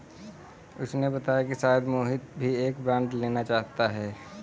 उसने बताया कि शायद मोहित भी एक बॉन्ड लेना चाहता है